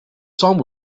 song